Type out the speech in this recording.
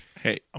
hey